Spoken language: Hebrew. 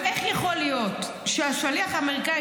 אבל איך יכול להיות שהשליח האמריקאי